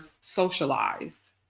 socialized